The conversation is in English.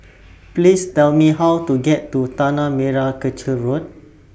Please Tell Me How to get to Tanah Merah Kechil Road